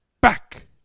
back